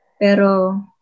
pero